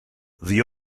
the